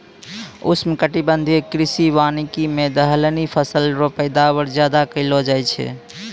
उष्णकटिबंधीय कृषि वानिकी मे दलहनी फसल रो पैदावार ज्यादा करलो जाय छै